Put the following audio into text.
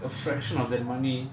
a fraction of that money